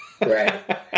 Right